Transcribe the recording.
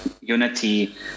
unity